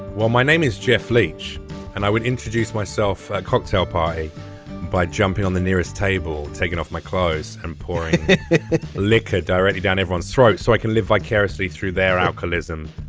well my name is jeff leach and i would introduce myself. cocktail pie by jumping on the nearest table taking off my clothes and pouring liquor directly down everyone's throats so i can live vicariously through their alcoholism.